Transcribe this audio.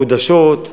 מחודשים,